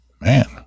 man